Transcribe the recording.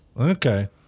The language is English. Okay